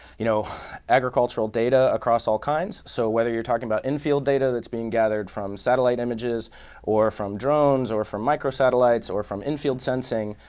you know agricultural data across all kinds, so whether you're talking about in-field data that's being gathered from satellite images or from drones or from microsatellites or from in-field sensing,